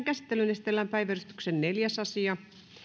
käsittelyyn esitellään päiväjärjestyksen neljäs asia